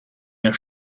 der